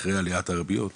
אחרי עליית הריביות,